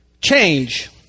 Change